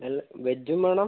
അല്ല വെജും വേണം